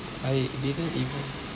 I didn't even